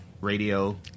radio